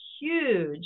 huge